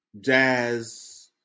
jazz